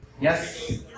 Yes